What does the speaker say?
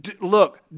look